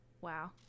Wow